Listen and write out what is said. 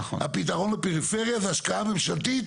הפתרון לפריפריה זה השקעה ממשלתית,